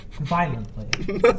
Violently